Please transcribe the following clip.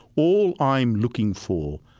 all i'm looking for